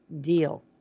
deal